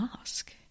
ask